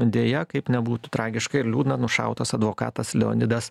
deja kaip nebūtų tragiška ir liūdna nušautas advokatas leonidas